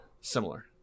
Similar